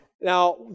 Now